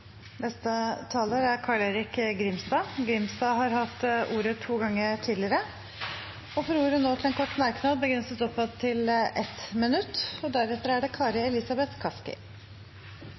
Grimstad har hatt ordet to ganger tidligere og får ordet til en kort merknad, begrenset til 1 minutt. Representanten Kjerkol brukte sitt siste minutt i denne debatten til å snakke om mitokondriedonasjon. Det